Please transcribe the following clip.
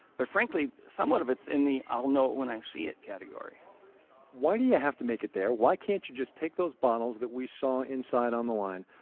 but frankly, somewhat of it's in the i'll know when i see it category why do you yeah have to make it there? why can't you just take those bottles that we saw inside on the line,